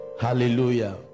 Hallelujah